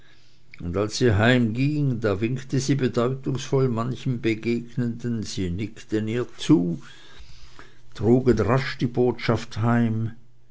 und als sie heimging da winkte sie bedeutungsvoll manchem begegnenden sie nickten ihr zu trugen rasch die botschaft heim